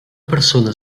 persona